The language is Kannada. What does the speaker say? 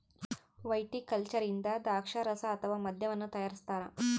ವೈಟಿಕಲ್ಚರ್ ಇಂದ ದ್ರಾಕ್ಷಾರಸ ಅಥವಾ ಮದ್ಯವನ್ನು ತಯಾರಿಸ್ತಾರ